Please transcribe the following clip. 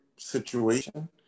situation